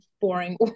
boring